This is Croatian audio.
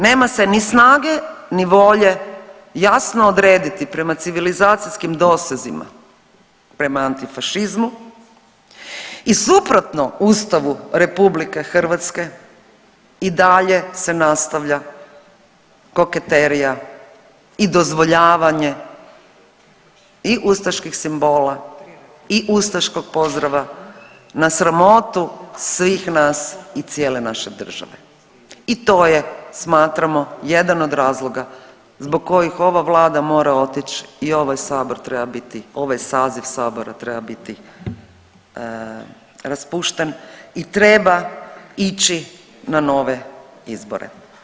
Nema se ni snage ni volje jasno odrediti prema civilizacijskim dosezima prema antifašizmu i suprotno Ustavu RH i dalje se nastavlja koketerija i dozvoljavanje i ustaških simbola i ustaškog pozdrava na sramotu svih nas i cijele naše države i to je smatramo jedan od razloga zbog kojih ova vlada mora otić i ovaj sabor treba biti, ovaj saziv sabora treba biti raspušten i treba ići na nove izbore.